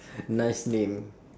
nice name